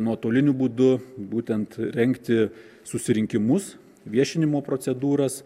nuotoliniu būdu būtent rengti susirinkimus viešinimo procedūras